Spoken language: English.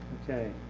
okay,